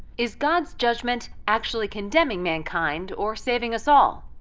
is god's judgment actually condemning mankind or saving us all?